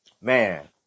man